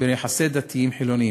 ביחסי דתיים חילונים.